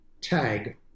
tag